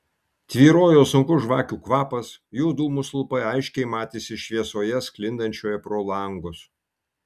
tvyrojo sunkus žvakių kvapas jų dūmų stulpai aiškiai matėsi šviesoje sklindančioje pro langus